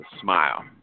smile